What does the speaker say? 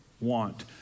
want